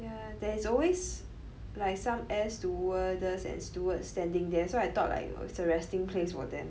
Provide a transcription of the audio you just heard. ya there's always like some air stewardess and stewards standing there so I thought it was like the resting place for them